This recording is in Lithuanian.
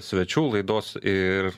svečių laidos ir